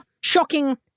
Shocking